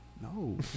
No